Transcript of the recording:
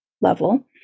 level